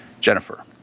Jennifer